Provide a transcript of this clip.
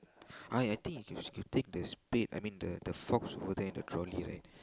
I I think if you you take the spade I mean the the fork over there in the trolley right